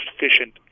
efficient